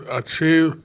achieve